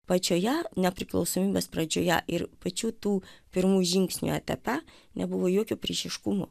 pačioje nepriklausomybės pradžioje ir pačių tų pirmų žingsnių etape nebuvo jokio priešiškumo